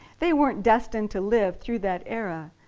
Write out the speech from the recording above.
they weren't destined to live through that era,